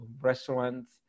restaurants